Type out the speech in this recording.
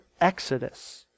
exodus